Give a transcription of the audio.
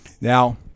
now